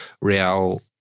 Real